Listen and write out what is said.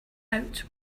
out